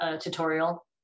tutorial